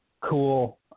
cool